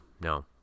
no